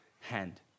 hand